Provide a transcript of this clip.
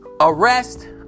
arrest